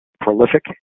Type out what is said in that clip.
prolific